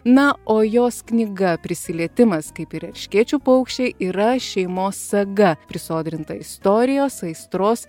na o jos knyga prisilietimas kaip ir erškėčių paukščiai yra šeimos saga prisodrinta istorijos aistros